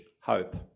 hope